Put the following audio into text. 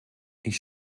ich